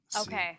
Okay